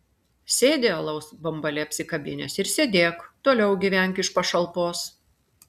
sėdi alaus bambalį apsikabinęs ir sėdėk toliau gyvenk iš pašalpos